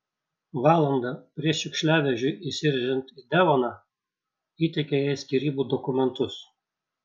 valandą prieš šiukšliavežiui įsirėžiant į devoną įteikė jai skyrybų dokumentus